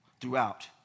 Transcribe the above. throughout